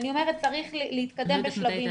אני אומרת שצריך להתקדם בשלבים,